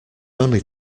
only